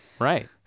right